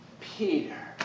Peter